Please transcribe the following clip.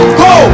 go